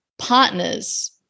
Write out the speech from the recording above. Partners